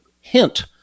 hint